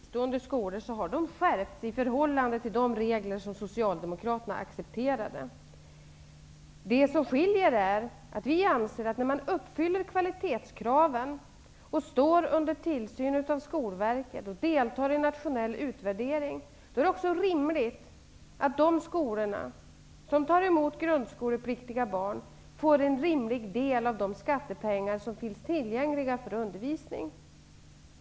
Herr talman! Reglerna om tillståndsgivning för fristående skolor har skärpts i förhållande till de regler som Socialdemokraterna accepterade. Det som skiljer är att vi anser att skolor som tar emot grundskolepliktiga barn, uppfyller kvalitetskraven, står under tillsyn av Skolverket och deltar i en nationell utvärdering också skall få en rimlig andel av de skattepengar som finns tillgängliga för undervisning.